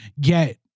get